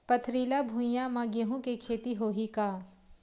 पथरिला भुइयां म गेहूं के खेती होही का?